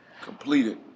Completed